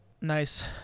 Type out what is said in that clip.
nice